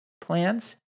plans